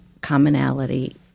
commonality